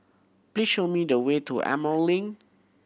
please show me the way to Emerald Link